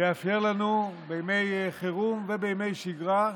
זה יאפשר לנו, בימי חירום ובימי שגרה,